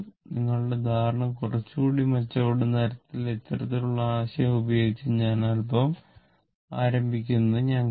നിങ്ങളുടെ ധാരണ കുറച്ചുകൂടി മെച്ചപ്പെടുന്ന തരത്തിൽ ഇത്തരത്തിലുള്ള ആശയം ഉപയോഗിച്ച് ഞാൻ അൽപ്പം ആരംഭിക്കുമെന്ന് ഞാൻ കരുതി